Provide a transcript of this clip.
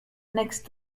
next